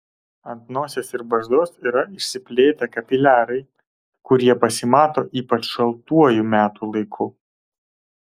ant nosies ir barzdos yra išsiplėtę kapiliarai kurie pasimato ypač šaltuoju metų laiku